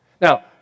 Now